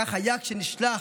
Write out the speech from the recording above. כך היה כשנשלח